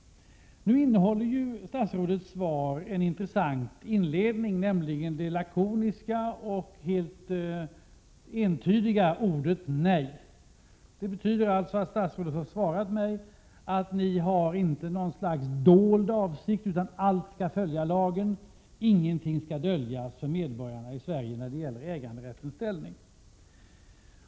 Statsrådets svar innehåller en intressant inledning, nämligen det lakoniska och helt entydiga ordet nej. Det betyder således att statsrådet har svarat mig att ni inte har något slags dold avsikt, utan allt skall följa lagen. Inget skall döljas för medborgarna i Sverige när det gäller äganderättens ställning.